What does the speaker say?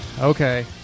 okay